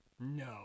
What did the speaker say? No